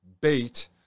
bait